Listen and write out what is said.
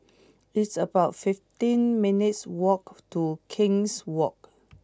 it's about fifteen minutes' walk to King's Walk